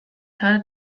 hat